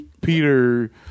Peter